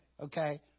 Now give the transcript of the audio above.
Okay